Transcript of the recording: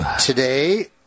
Today